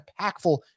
impactful